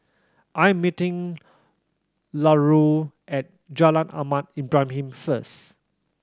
I'm meeting Larue at Jalan Ahmad Ibrahim first